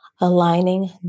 aligning